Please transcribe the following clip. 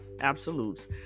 absolutes